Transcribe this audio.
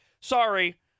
sorry